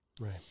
Right